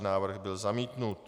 Návrh byl zamítnut.